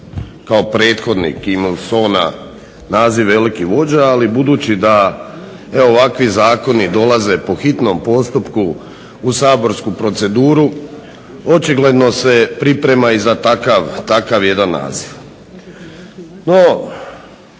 ne razumije./ … naziv veliki vođa, ali budući da ovakvi zakoni dolaze po hitnom postupku u saborsku proceduru očigledno se priprema i za takav jedan naziv.